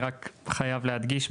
אני רק חייב להדגיש,